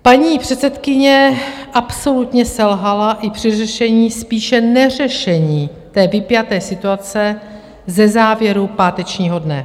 Paní předsedkyně absolutně selhala i při řešení, spíše neřešení vypjaté situace ze závěru pátečního dne.